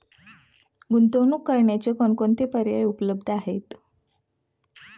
गुंतवणूक करण्याचे कोणकोणते पर्याय उपलब्ध आहेत?